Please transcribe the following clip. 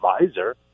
advisor